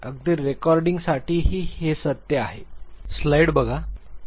अगदी रेकॉर्डिंगसाठीही हे सत्य आहे